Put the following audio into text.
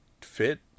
fit